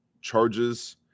charges